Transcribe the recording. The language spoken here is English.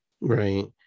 Right